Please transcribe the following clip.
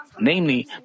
namely